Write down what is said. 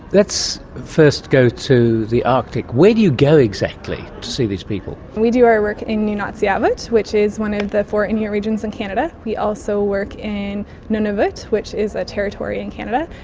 let's first go to the arctic. where do you go exactly to see these people? we do our work in nunatsiavut, which is one of the four inuit regions in canada. we also work in nunavut, which is a territory in canada,